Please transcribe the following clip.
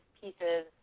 pieces